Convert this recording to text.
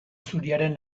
zuriaren